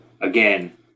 Again